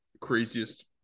craziest